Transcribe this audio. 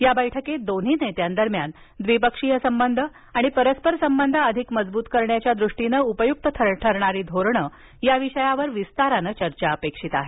या बैठकीत दोन्ही नेत्यांदरम्यान द्विपक्षीय संबंध आणि परस्पर संबंध अधिक मजबूत करण्याच्या दृष्टीनं उपयुक्त ठरणारी धोरणं या विषयावर विस्तारानं चर्चा अपेक्षित आहे